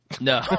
no